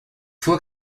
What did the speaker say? fois